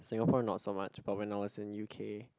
Singapore not so much but when I was in U_K